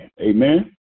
Amen